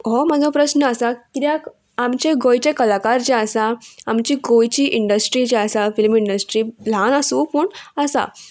हो म्हजो प्रश्न आसा किद्याक आमचे गोंयचे कलाकार जे आसा आमची गोंयची इंडस्ट्री जे आसा फिल्म इंडस्ट्री ल्हान आसूं पूण आसा